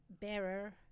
bearer